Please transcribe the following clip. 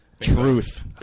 Truth